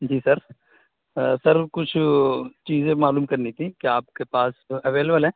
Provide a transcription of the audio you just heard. جی sir sir کچھ چیزیں معلوم کرنی تھیں کیا آپ کے پاس اویلیبل ہیں